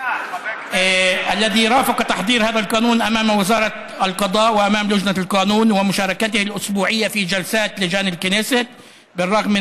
( ליווה את הכנת החוק מול משרד המשפטים ומול ועדת החוקה והשתתף מדי